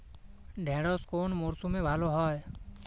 ঢেঁড়শ কোন মরশুমে ভালো হয়?